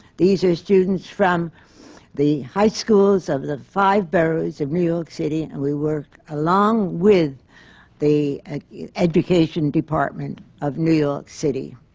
these are students from the high schools of the five boroughs of new york city, and we work along with the education department of new york city.